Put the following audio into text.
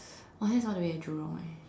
oh that's all the way at Jurong eh